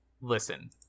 listen